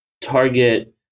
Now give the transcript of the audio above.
Target